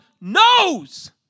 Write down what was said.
knows